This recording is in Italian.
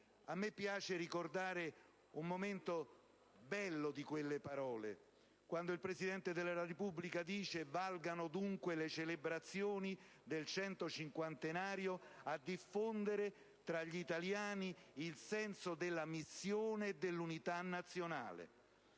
a me piace ricordare un momento bello di quelle parole, quando il Presidente della Repubblica ha detto: «Valgano dunque le celebrazioni del centocinquantenario a diffondere e approfondire tra gli italiani il senso della missione e dell'Unità nazionale».